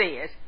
says